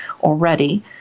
already